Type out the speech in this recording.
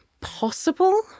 possible